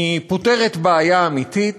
היא פותרת בעיה אמיתית.